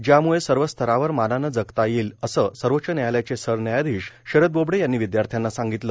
ज्यामुळं सर्व स्तरावर मानावं जगता येईल असं सर्वोच्च व्यायालयाचे सख्यायाधीश शरद बोबडे यांनी विद्यार्थ्यांना सांगितलं